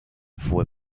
fue